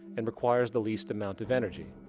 and requires the least amount of energy.